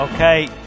Okay